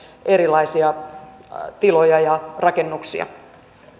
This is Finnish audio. erilaisia tiloja ja rakennuksia